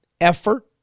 effort